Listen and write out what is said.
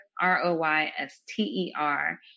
R-O-Y-S-T-E-R